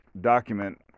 document